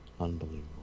Unbelievable